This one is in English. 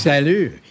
Salut